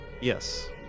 yes